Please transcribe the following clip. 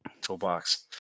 toolbox